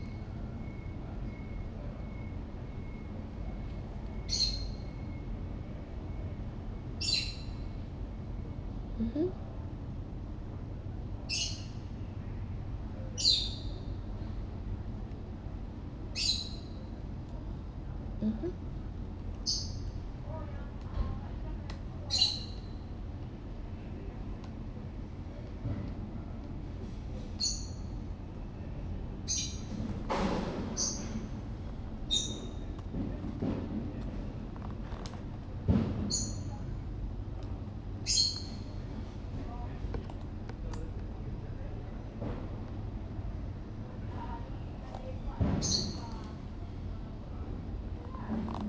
mmhmm mmhmm